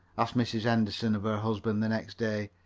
asked mrs. henderson of her husband the next day.